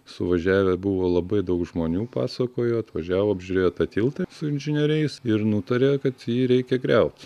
suvažiavę buvo labai daug žmonių pasakojo atvažiavo apžiūrėjo tą tiltą su inžinieriais ir nutarė kad jį reikia griaut